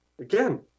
Again